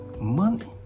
money